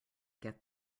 get